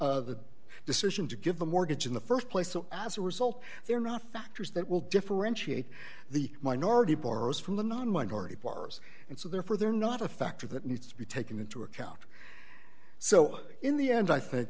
the the decision to give the mortgage in the st place so as a result they're not factors that will differentiate the minority borrows from the non minority bars and so therefore they're not a factor that needs to be taken into account so in the end i think